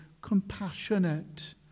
compassionate